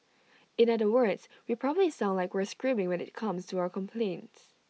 in other words we probably sound like we're screaming when IT comes to our complaints